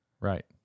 Right